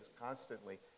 constantly